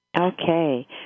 Okay